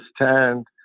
understand